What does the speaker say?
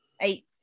eight